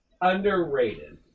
underrated